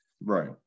right